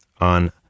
on